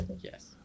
Yes